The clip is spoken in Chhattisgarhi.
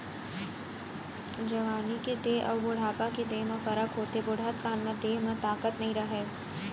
जवानी के देंह अउ बुढ़ापा के देंह म फरक होथे, बुड़हत काल म देंह म ताकत नइ रहय